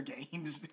Games